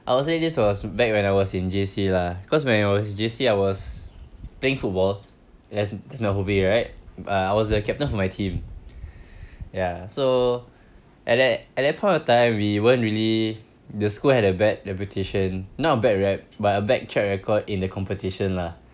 I will say this was back when I was in J_C lah cause when I was in J_C I was playing football yes this my hobby right uh I was the captain for my team ya so at that at that point of time we weren't really the school had a bad reputation not a bad rep~ but a bad track record in the competition lah